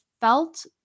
felt